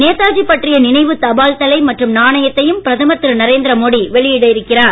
நேதாஜி பற்றிய நினைவு தபால் தலை மற்றும் நாணயத்தையும் பிரதமர் திரு நரேந்திர மோடி வெளியிடவிருக்கிறார்